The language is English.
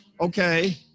Okay